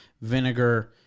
vinegar